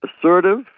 assertive